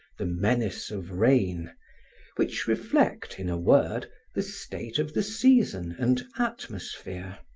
the menace of rain which reflect, in a word, the state of the season and atmosphere.